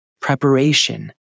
preparation